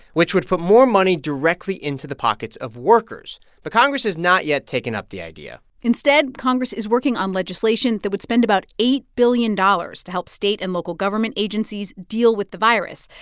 which would put more money directly into the pockets of workers but congress has not yet taken up the idea instead, congress is working on legislation that would spend about eight billion dollars to help state and local government agencies deal with the virus,